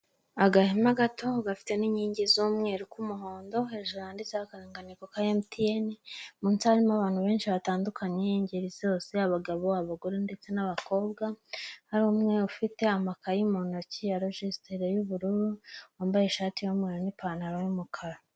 Agahema gato gafite n'inkingi z'umweru k'umuhondo hejuru handitseho akaranga ntego ka emutiyene, munsi harimo abantu benshi batandukanye ingeri zose abagabo, abagore, ndetse n'abakobwa, hari umwe ufite amakayi mu ntoki ya loiisitire y'ubururu, wambaye ishati y'umweru n'ipantaro y'umukara.